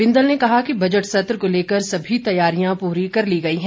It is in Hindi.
बिंदल ने कहा कि बजट सत्र को लेकर सभी तैयारियां पूरी कर ली गई हैं